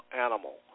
animal